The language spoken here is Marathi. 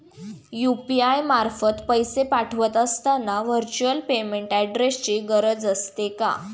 यु.पी.आय मार्फत पैसे पाठवत असताना व्हर्च्युअल पेमेंट ऍड्रेसची गरज असते का?